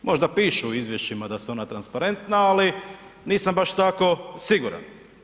Možda pišu u izvješćima da su onda transparentna ali nisam baš tako siguran.